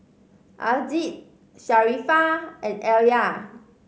Aziz Sharifah and Alya